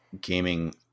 gaming